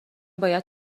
باید